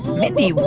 mindy,